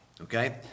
Okay